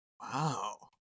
Wow